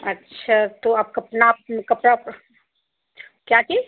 अच्छा तो आपका नाप कपड़ा उपड़ा क्या चीज़